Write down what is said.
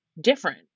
different